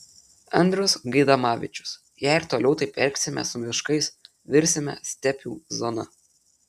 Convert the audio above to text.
andrius gaidamavičius jei ir toliau taip elgsimės su miškais virsime stepių zona